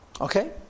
Okay